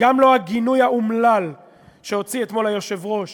גם לא הגינוי האומלל שהוציא אתמול היושב-ראש